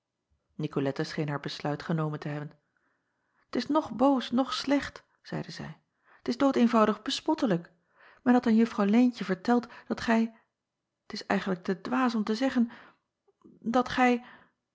scheen haar besluit genomen te hebben t s noch boos noch slecht zeide zij t is doodeenvoudig bespottelijk en had aan uffrouw eentje verteld dat gij t is eigentlijk te dwaas om te zeggen dat gij